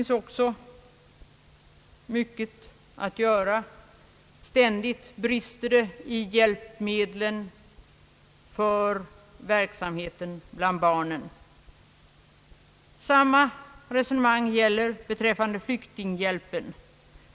Ständiga rapporter kommer om behov av mera flyktinghjälp.